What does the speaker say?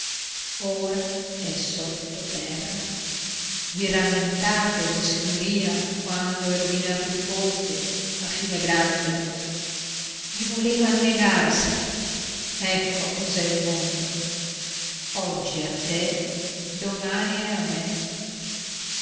ora è sotto terra i rammentate vossignoria quando è rovinato il ponte a fiumegrande e voleva annegarsi ecco cos'è il mondo oggi a te domani a me